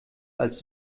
als